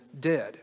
dead